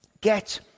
get